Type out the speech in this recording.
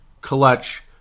clutch